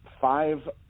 five